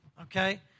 Okay